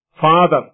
father